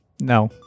No